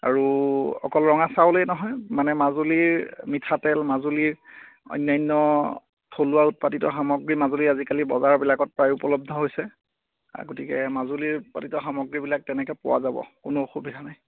আৰু অকল ৰঙা চাউলেই নহয় মানে মাজুলীৰ মিঠাতেল মাজুলীৰ অন্যান্য থলুৱা উৎপাদিত সামগ্ৰী মাজুলীত আজিকালি বজাৰবিলাকত প্ৰায় উপলদ্ধ হৈছে গতিকে মাজুলীৰ উৎপাদিত সামগ্ৰীবিলাক তেনেকৈ পোৱা যাব কোনো অসুবিধা নাই